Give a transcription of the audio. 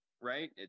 right